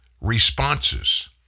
responses